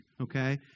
okay